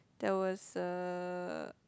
there was a